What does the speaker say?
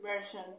version